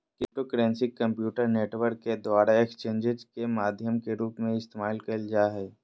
cryptocurrency computer network के द्वारा exchanges के माध्यम के रूप में इस्तेमाल कइल जा हइ